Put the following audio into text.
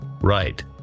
Right